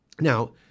Now